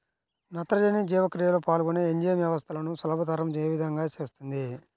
నత్రజని జీవక్రియలో పాల్గొనే ఎంజైమ్ వ్యవస్థలను సులభతరం ఏ విధముగా చేస్తుంది?